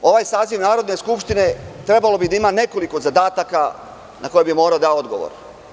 Ovaj saziv Narodne skupštine trebalo bi da ima nekoliko zadataka na koje bi morao da da odgovor.